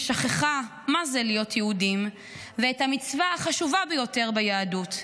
ששכחה מה זה להיות יהודים ואת המצווה החשובה ביותר ביהדות,